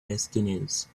destinies